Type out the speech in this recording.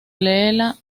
leela